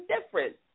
different